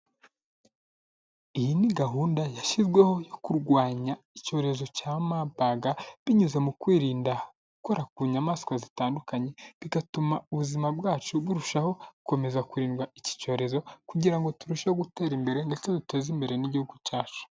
Iyi ni gahunda yashyizweho yo kurwanya icyorezo cya mabaga binyuze mu kwirinda gukora ku nyamaswa zitandukanye, bigatuma ubuzima bwacu burushaho gukomeza kurindwa iki cyorezo kugira ngo turusheho gutera imbere ndetse duteze imbere n'igihugu cyacu.